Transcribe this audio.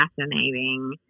fascinating